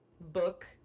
book